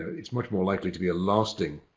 it's much more likely to be a lasting